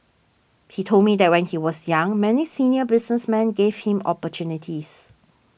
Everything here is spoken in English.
he told me that when he was young many senior businessmen gave him opportunities